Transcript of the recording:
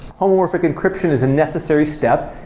homomorphic encryption is a necessary step.